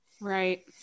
Right